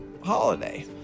holiday